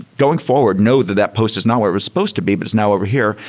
going forward, note that that post is not where it was supposed to be, but it's now over here.